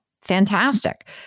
Fantastic